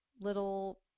little